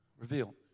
reveal